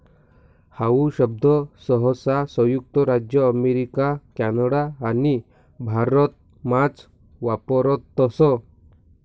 how शब्द सहसा संयुक्त राज्य अमेरिका कॅनडा आणि भारतमाच वापरतस